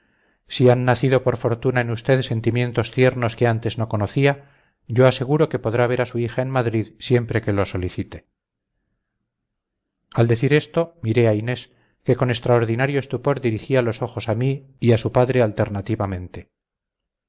si han nacido por fortuna en usted sentimientos tiernos que antes no conocía yo aseguro que podrá ver a su hija en madrid siempre que lo solicite al decir esto miré a inés que con extraordinario estupor dirigía los ojos a mí y a su padre alternativamente